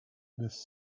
this